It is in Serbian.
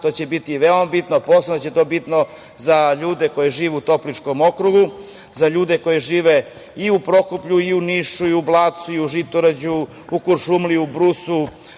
to će biti veoma bitno, posebno će to biti bitno za ljude koji žive u Topličkom okrugu, za ljude koji žive i u Prokuplju, Nišu, Blacu, Žitorađu, Kuršumliji, Brusu,